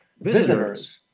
visitors